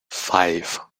five